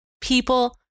people